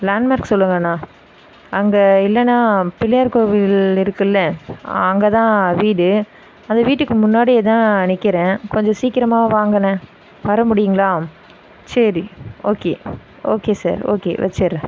landmark சொல்லுங்கணா அங்கே இல்லைன்னா பிள்ளையார் கோவில் இருக்குல்ல அங்கே தான் வீடு அந்த வீட்டுக்கு முன்னாடியே தான் நிற்கிறேன் கொஞ்சம் சீக்கிரமாக வாங்களேன் வர முடியுங்களா சரி ஓகே ஓகே சார் ஓகே வச்சுடுறேன்